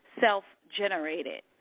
self-generated